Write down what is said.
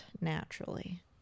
naturally